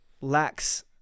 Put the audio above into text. lacks